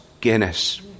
Guinness